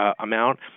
amount